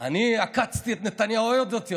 אני עקצתי את נתניהו עוד יותר,